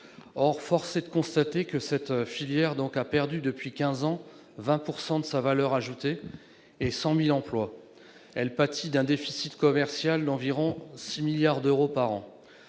Or force est de constater que la filière a perdu depuis 15 ans 20 % de sa valeur ajoutée et 100 000 emplois. Elle pâtit d'un déficit commercial d'environ 6 milliards d'euros par an.